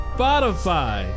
Spotify